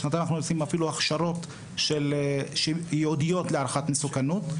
בשנתיים האחרונות עושים אפילו הכשרות ייעודיות להערכת מסוכנות.